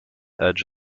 hadj